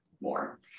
more